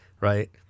right